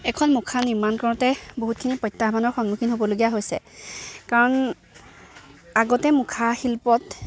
এখন মুখা নিৰ্মাণ কৰোঁতে বহুতখিনি প্ৰত্যাহ্বানৰ সন্মুখীন হ'বলগীয়া হৈছে কাৰণ আগতে মুখা শিল্পত